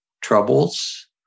troubles